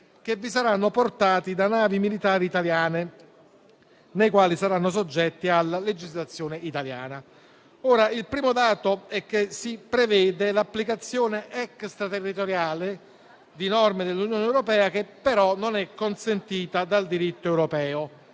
che vi saranno portati da navi militari italiane, nelle quali saranno soggetti alla legislazione italiana. Il primo dato è che si prevede l'applicazione extraterritoriale di norme dell'Unione europea che però non è consentita dal diritto europeo.